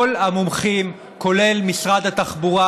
כל המומחים, כולל משרד התחבורה,